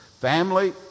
family